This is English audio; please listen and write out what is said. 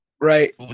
Right